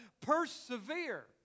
persevere